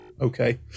Okay